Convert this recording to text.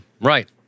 right